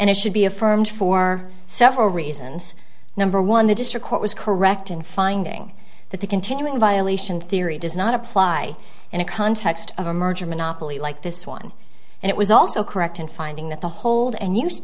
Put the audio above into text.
and it should be affirmed for several reasons number one the district court was correct in finding that the continuing violation theory does not apply in a context of a merger monopoly like this one and it was also correct in finding that the hold and use